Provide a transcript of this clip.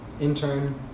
intern